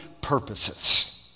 purposes